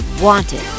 wanted